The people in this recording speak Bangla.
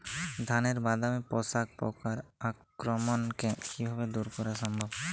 ধানের বাদামি শোষক পোকার আক্রমণকে কিভাবে দূরে করা সম্ভব?